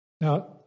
Now